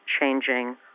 changing